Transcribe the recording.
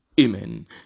Amen